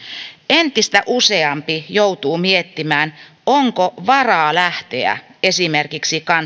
entistä useampi joutuu miettimään onko varaa lähteä esimerkiksi